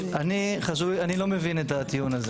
ואני, חשוב לי, אני לא מבין את הטיעון הזה.